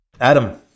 Adam